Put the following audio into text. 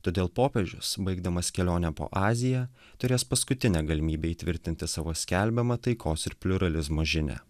todėl popiežius baigdamas kelionę po aziją turės paskutinę galimybę įtvirtinti savo skelbiamą taikos ir pliuralizmo žinią